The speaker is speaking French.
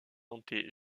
nantais